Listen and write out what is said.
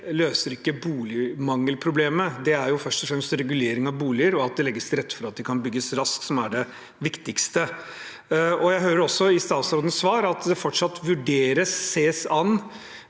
løser boligmangelproblemet. Det er først og fremst regulering av boliger og at det legges til rette for at de kan bygges raskt, som er det viktigste. Jeg hører også i statsrådens svar at det fortsatt vurderes, ses an,